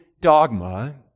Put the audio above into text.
dogma